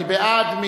מי בעד?